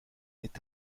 est